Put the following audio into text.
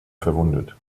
verwundet